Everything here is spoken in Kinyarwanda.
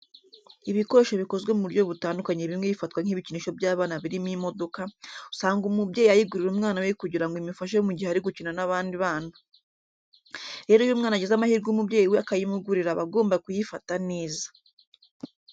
Ibikoresho bikozwe mu buryo butandukanye bimwe bifatwa nk'ibikinisho by'abana birimo imodoka, usanga umubyeyi ayigurira umwana we kugira ngo imufashe mu gihe ari gukina n'abandi bana. Rero iyo umwana agize amahirwe umubyeyi we akayimugurira aba agomba kuyifata neza.